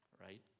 right